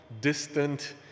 distant